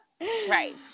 right